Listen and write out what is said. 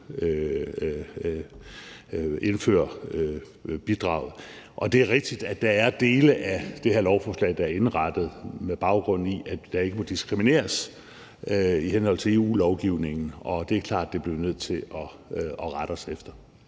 indfører bidraget. Det er rigtigt, at der er dele af det her lovforslag, der er indrettet, med baggrund i at der ikke må diskrimineres i henhold til EU-lovgivningen, og det er klart, at det bliver vi nødt til at rette os efter.